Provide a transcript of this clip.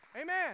Amen